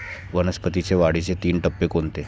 वनस्पतींच्या वाढीचे तीन टप्पे कोणते?